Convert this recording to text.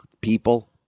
people